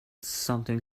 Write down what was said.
something